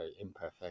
imperfect